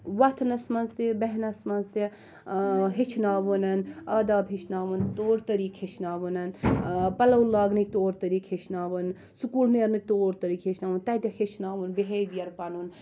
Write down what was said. وۄتھنَس مَنٛز تہِ بہنَس مَنٛز تہِ ہیٚچھناوُن آداب ہیٚچھناوُن طور طٔریقہٕ ہیٚچھناوُن پَلَو لاگنٕکۍ طور طٔریقہٕ ہیٚچھناوُن سُکوٗل نیرنٕکۍ طور طٔریقہٕ ہیٚچھناوُن تَتہِ ہیٚچھناوُن بِہیویر پَنُن